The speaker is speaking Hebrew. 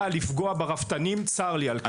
לפגוע ברפתנים, צר לי על כך.